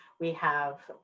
we have